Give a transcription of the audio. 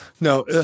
No